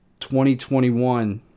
2021